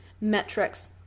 metrics